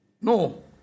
no